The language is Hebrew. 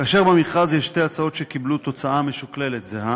כאשר יש שתי הצעות שקיבלו תוצאה משוקללת זהה